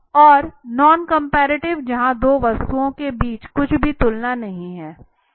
और non comparative जहाँ दो वस्तुओं के बीच कुछ भी तुलना नहीं है